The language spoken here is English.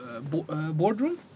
boardroom